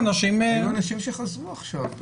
היו אנשים שחזרו עכשיו,